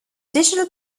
digital